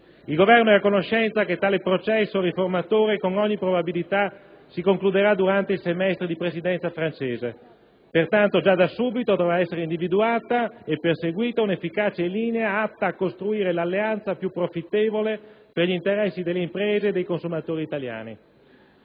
Il Governo è a conoscenza che tale processo riformatore, con ogni probabilità, si concluderà durante il semestre di Presidenza francese. Pertanto, già da subito dovrà essere individuata e perseguita un'efficace linea atta a costruire l'alleanza più profittevole per gli interessi delle imprese e dei consumatori italiani.